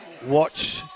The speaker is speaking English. watch